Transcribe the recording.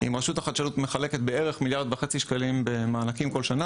אם רשות החדשנות מחלקת בערך מיליארד וחצי שקלים במענקים כל שנה,